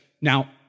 now